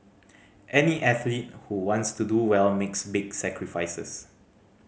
any athlete who wants to do well makes big sacrifices